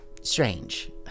strange